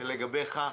לגביך,